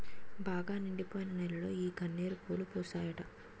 బాగా నిండిపోయిన నేలలో ఈ గన్నేరు పూలు పూస్తాయట